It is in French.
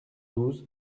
douze